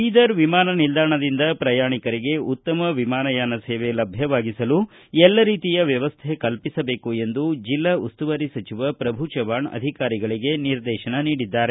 ಬೀದರ್ ವಿಮಾನ ನಿಲ್ದಾಣದಿಂದ ಪ್ರಯಾಣಿಕರಿಗೆ ಉತ್ತಮ ವಿಮಾನಯಾನ ಸೇವೆ ಲಭ್ಯವಾಗಿಸಲು ಎಲ್ಲ ರೀತಿಯ ವ್ಯವಸ್ಥೆ ಕಲ್ಪಿಸಬೇಕು ಎಂದು ಜಿಲ್ಲಾ ಉಸ್ತುವಾರಿ ಸಚಿವ ಪ್ರಭು ಚವ್ಹಾಣ್ ಅಧಿಕಾರಿಗಳಿಗೆ ನಿರ್ದೇಶನ ನೀಡಿದ್ದಾರೆ